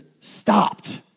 stopped